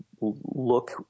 look